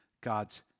God's